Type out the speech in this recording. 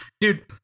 Dude